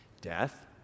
death